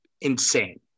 insane